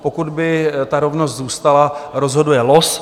Pokud by rovnost zůstala, rozhoduje los.